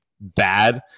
bad